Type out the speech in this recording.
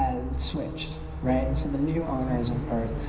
has switched right into the new owners of earth?